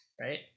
Right